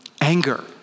anger